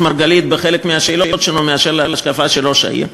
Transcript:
מרגלית בחלק מהשאלות שלו מאשר להשקפה של ראש העיר.